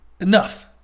enough